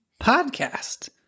Podcast